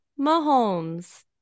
Mahomes